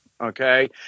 Okay